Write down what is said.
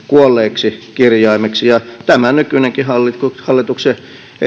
kuolleeksi kirjaimeksi ja tämä nykyinenkin hallituksen hallituksen